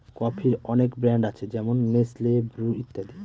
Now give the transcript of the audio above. কফির অনেক ব্র্যান্ড আছে যেমন নেসলে, ব্রু ইত্যাদি